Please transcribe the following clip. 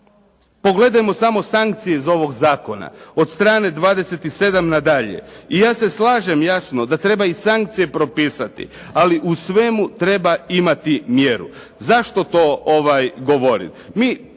Pogledajmo samo sankcije iz ovog zakona od strane 27. nadalje. I ja se slažem jasno, da treba i sankcije propisati ali u svemu treba imati mjeru. Zašto to govorim?